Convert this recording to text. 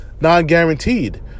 non-guaranteed